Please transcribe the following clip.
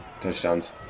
touchdowns